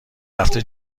هفته